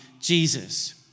Jesus